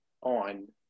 on